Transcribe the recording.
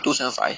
two seven five